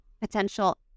potential